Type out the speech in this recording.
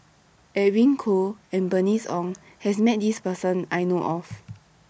Edwin Koo and Bernice Ong has Met This Person I know of